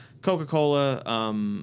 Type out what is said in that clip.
Coca-Cola